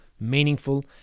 meaningful